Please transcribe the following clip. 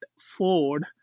Ford